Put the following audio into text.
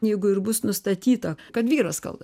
jeigu ir bus nustatyta kad vyras kaltas